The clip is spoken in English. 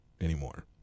anymore